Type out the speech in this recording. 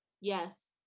yes